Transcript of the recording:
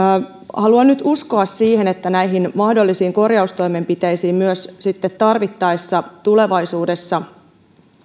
haluan nyt uskoa siihen että näihin mahdollisiin korjaustoimenpiteisiin tarvittaessa tulevaisuudessa